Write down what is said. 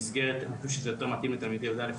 אף על פי שזה יותר מתאים לתלמידי י"א,